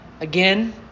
Again